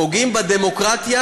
פוגעים בדמוקרטיה,